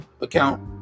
account